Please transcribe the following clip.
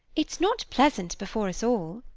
it's not pleasant before us all,